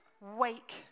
wake